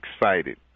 excited